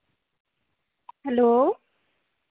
hello